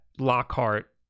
Lockhart